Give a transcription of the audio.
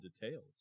details